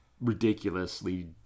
ridiculously